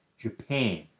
Japan